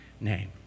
name